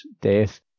death